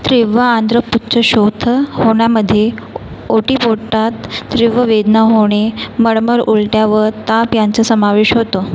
तीव्र आंद्रपुच्चशोथ होण्यामध्ये ओटीपोटात तीव्र वेदना होणे मळमळ उलट्या व ताप यांचा समावेश होतो